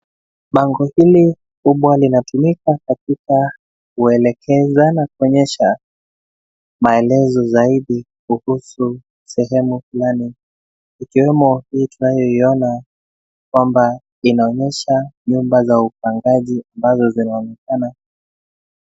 Bango hili kubwa linatumika katika kuonyesha na kuelekeza maelezo zaidi kuhusu sehemu fulani ikiwemo hii tunayoiona kwamba inaonyesha nyumba za upangaji ambazo zinaonekana.